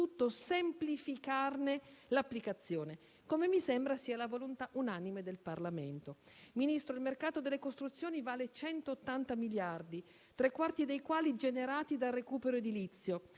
semplificarne l'applicazione, come mi sembra sia volontà unanime del Parlamento. Signor Ministro, il mercato delle costruzioni vale 180 miliardi di euro, tre quarti dei quali generati da recupero edilizio.